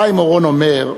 חיים אורון אומר,